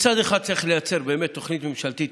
מצד אחד צריך לייצר תוכנית ממשלתית